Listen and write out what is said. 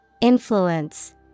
Influence